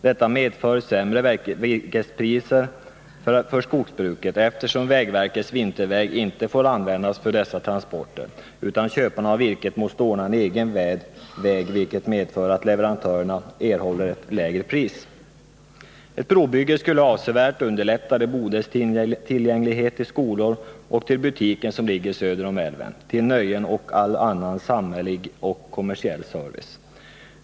Det medför sämre virkespriser för skogsbruket, eftersom vägverkets vinterväg inte får användas för dessa transporter. Köparna av virket måste ordna en egen väg, vilket medför att leverantörerna får ett lägre pris. Ett brobygge skulle avsevärt underlätta de boendes möjligheter att komma till skolor och till butiken som ligger söder om älven, till nöjen och all annan samhällelig och kommersiell service.